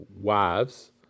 wives